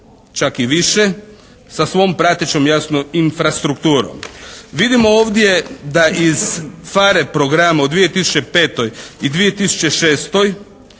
čak i više, sa svom pratećom jasno infrastrukturom. Vidimo ovdje da iz PHARE programa u 2005. i 2006.